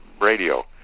radio